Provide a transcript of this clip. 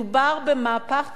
מדובר במהפך תפיסתי,